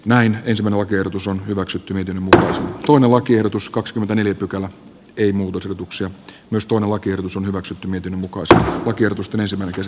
näin ison lakiehdotus on hyväksytty mietintö on oikeutus kaksikymmentäneljä pykälä ei muutu solutuksia myös tuo lakiehdotus on hyväksytty miten muka nyt käsitellään muutosehdotukset